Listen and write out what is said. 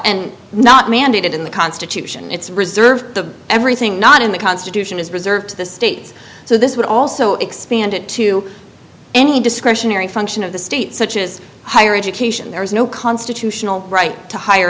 and not mandated in the constitution it's reserved to everything not in the constitution is reserved to the states so this would also expand it to any discretionary function of the state such as higher education there is no constitutional right to higher